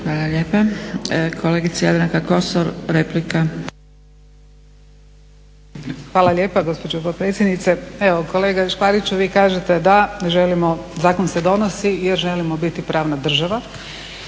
replika. **Kosor, Jadranka (Nezavisni)** Hvala lijepa gospođo potpredsjednice. Evo kolega Škvariću vi kažete da želimo, zakon se donosi jer želimo biti pravna država.